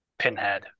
Pinhead